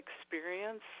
experience